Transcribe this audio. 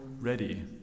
ready